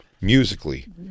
musically